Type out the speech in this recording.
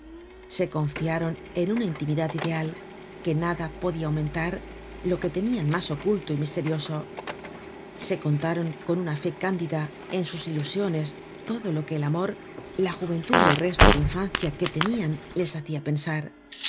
se confiaron en una intimidad ideal que nada podia aumentar lo que tenían mas oculto y misterioso se contaron con una fe cándida en sus ilusiones todo lo que el amor la juventud y el resto de infancia que tenían les hacia pensar